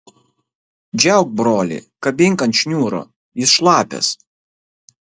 džiauk brolį kabink ant šniūro jis šlapias